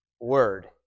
word